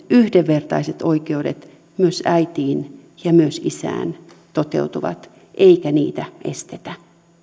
yhdenvertaiset oikeudet myös äitiin ja myös isään toteutuvat eikä niitä estetä